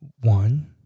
one